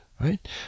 right